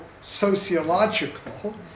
sociological